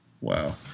Wow